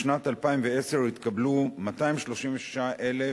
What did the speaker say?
בשנת 2010 התקבלו 236,000